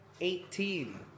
eighteen